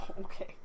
Okay